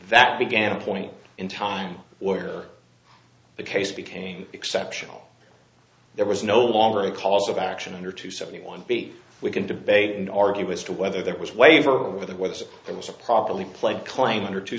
that began a point in time where the case became exceptional there was no longer a cause of action under two seventy one b we can debate and argue was to whether there was waiver for the whether there was a properly played claim under two